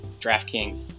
DraftKings